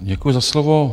Děkuji za slovo.